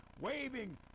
waving